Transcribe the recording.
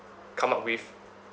come out with